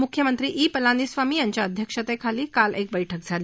मुख्यमंत्री ई पलानीस्वामी यांच्या अध्यक्षतेखाली काल एक बैठक झाली